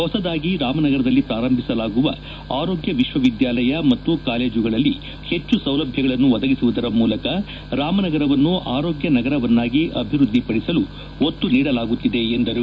ಹೊಸದಾಗಿ ರಾಮನಗರದಲ್ಲಿ ಪ್ರಾರಂಭಿಸಲಾಗುವ ಆರೋಗ್ಯ ವಿಶ್ವವಿದ್ಯಾಲಯ ಮತ್ತು ಕಾಲೇಜುಗಳಲ್ಲಿ ಹೆಚ್ಚು ಸೌಲಭ್ಧಗಳನ್ನು ಒದಗಿಸುವುದರ ಮೂಲಕ ರಾಮನಗರವನ್ನು ಆರೋಗ್ಯ ನಗರವಾಗಿ ಅಭಿವೃದ್ದಿಪಡಿಸಲು ಒತ್ತು ನೀಡಲಾಗುತ್ತಿದೆ ಎಂದರು